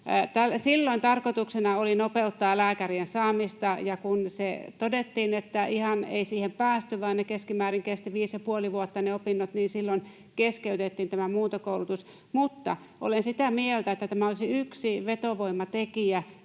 Silloin tarkoituksena oli nopeuttaa lääkärien saamista, ja kun todettiin, että ihan ei siihen päästy, vaan ne opinnot kestivät keskimäärin viisi ja puoli vuotta, niin silloin keskeytettiin tämä muuntokoulutus. Mutta olen sitä mieltä, että tämä olisi yksi vetovoimatekijä,